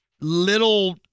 little